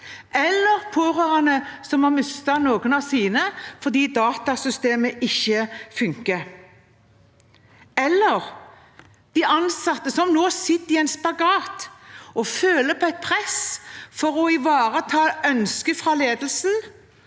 de pårørende som har mistet noen av sine fordi datasystemet ikke funker, og det gjelder de ansatte som nå sitter i en spagat og føler på et press for å ivareta ønsket fra ledelsen